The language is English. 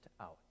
out